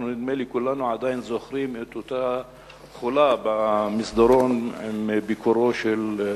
נדמה לי שכולנו עדיין זוכרים את אותה חולה במסדרון מביקורו של שר,